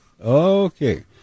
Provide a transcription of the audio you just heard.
Okay